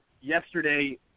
yesterday